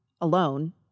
alone